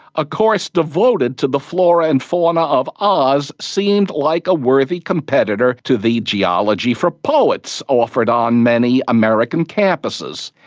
a course devoted to the flora and fauna of oz seemed like a worthy competitor to the geology for poets offered on many american campuses.